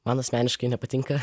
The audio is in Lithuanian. man asmeniškai nepatinka